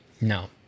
No